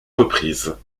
reprises